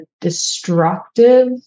destructive